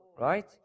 right